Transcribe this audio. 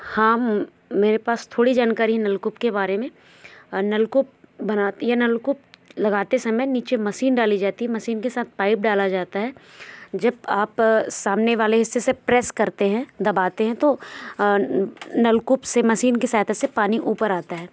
हाँ मेरे पास थोड़ी जानकारी है नलकूप के बारे में नलकूप बनाती ये नलकूप लगाते समय नीचे मशीन डाली जाती है मशीन के साथ पाइप डाला जाता है जब आप सामने वाले हिस्से से प्रेस करते हैं दबाते हैं तो नलकूप से मशीन के सहायता से पानी उपर आता है